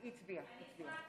אני הצבעתי.